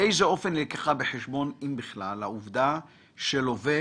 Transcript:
באיזה אופן נלקחה בחשבון (אם בכלל) העובדה שלווה